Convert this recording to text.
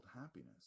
happiness